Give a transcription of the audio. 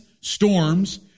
storms